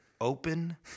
Open